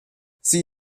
sie